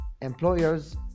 employers